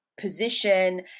position